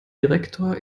direktor